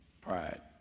Pride